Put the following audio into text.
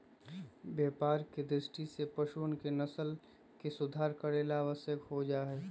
व्यापार के दृष्टि से पशुअन के नस्ल के सुधार करे ला आवश्यक हो जाहई